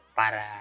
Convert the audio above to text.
para